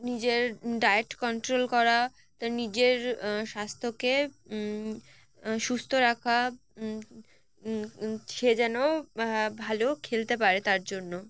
নিজের diet control করা তার নিজের স্বাস্থ্যকে সুস্থ রাখা সে যেন ভালো খেলতে পারে তার জন্য